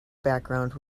background